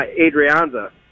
Adrianza